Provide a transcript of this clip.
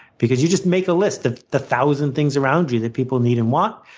because you just make a list of the thousand things around you that people need and want.